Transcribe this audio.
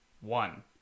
one